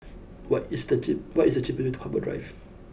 what is the cheap what is the cheapest way to Harbour Drive